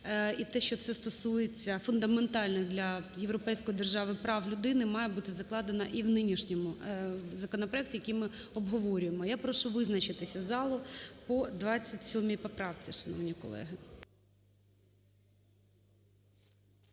і те, що це стосується фундаментальних для європейської держави прав людини, має бути закладена і в нинішньому законопроекті, який ми обговорюємо. Я прошу визначитися залу по 27 поправці, шановні колеги.